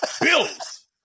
Bills